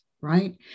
right